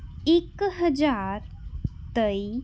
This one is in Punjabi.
ਇੱਕ ਹਜ਼ਾਰ ਤੇਈ